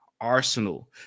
Arsenal